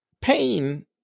pain